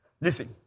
Listen